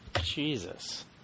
Jesus